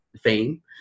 fame